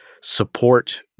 support